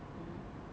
mmhmm